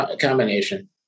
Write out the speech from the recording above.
Combination